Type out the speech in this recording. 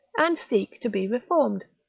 and seek to be reformed.